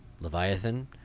leviathan